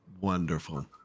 Wonderful